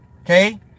Okay